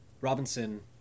Robinson